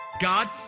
God